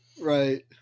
Right